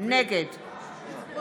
נגד חוה